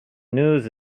news